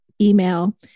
email